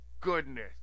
goodness